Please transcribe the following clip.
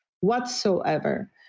whatsoever